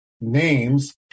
names